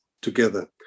together